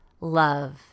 Love